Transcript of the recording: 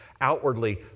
outwardly